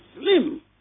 slim